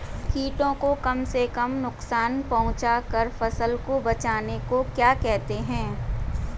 कीटों को कम से कम नुकसान पहुंचा कर फसल को बचाने को क्या कहते हैं?